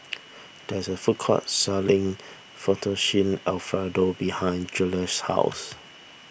there is a food court selling Fettuccine Alfredo behind Julious' house